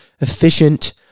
efficient